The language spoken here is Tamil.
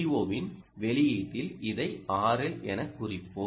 ஓவின் வெளியீட்டில் இதை RL என குறிப்போம்